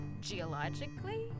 geologically